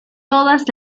todas